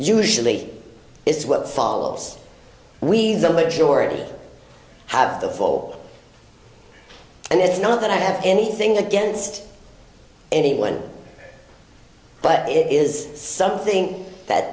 usually it's what follows we the majority have the fall and it's not that i have anything against anyone but it is something that